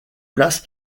place